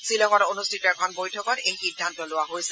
ধিলঙত অনুষ্ঠিত এখন বৈঠকত এই সিদ্ধান্ত লোৱা হৈছে